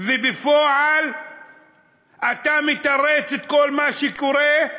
ובפועל אתה מתרץ את כל מה שקורה: